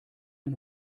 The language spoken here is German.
ein